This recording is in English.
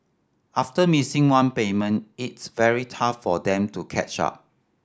after missing one payment it's very tough for them to catch up